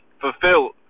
fulfilled